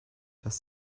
das